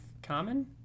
Common